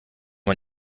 man